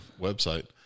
website